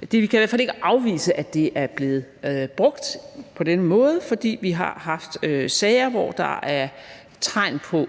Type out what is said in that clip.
Vi kan i hvert fald ikke afvise, at det er blevet brugt på denne måde, fordi vi har haft sager, hvor der var tegn på,